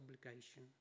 obligation